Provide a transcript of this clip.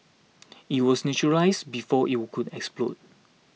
it was neutralised before it would could explode